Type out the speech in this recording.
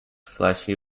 fleshy